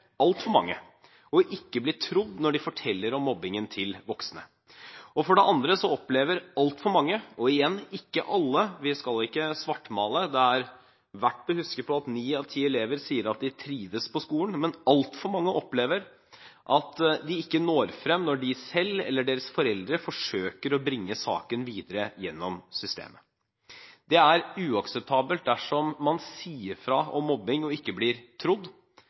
altfor mange, ikke å bli trodd når de forteller om mobbingen til voksne. For det andre så opplever altfor mange – igjen, ikke alle, vi skal ikke svartmale, det er verdt å huske på at ni av ti elever sier at de trives på skolen – at de ikke når frem når de selv eller deres foreldre forsøker å bringe saken videre gjennom systemet. Det er uakseptabelt dersom man sier fra om mobbing og ikke blir trodd,